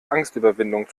angstüberwindung